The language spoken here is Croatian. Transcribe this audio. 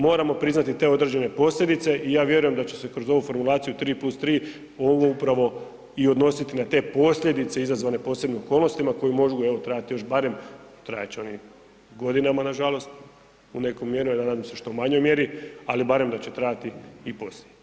Moramo priznati te određene posljedice i ja vjerujem da će se kroz ovu formulaciju 3+3 ovo upravo i odnositi na te posljedice izazvane posebnim okolnostima koje mogu, evo, trajati još barem, trajati će oni godinama nažalost u nekoj mjeri, nadam se što manjoj mjeri, ali barem da će trajati i poslije.